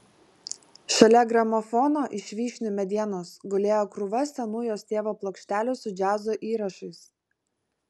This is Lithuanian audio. šalia gramofono iš vyšnių medienos gulėjo krūva senų jos tėvo plokštelių su džiazo įrašais